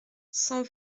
cent